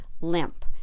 limp